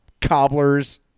cobblers